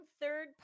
third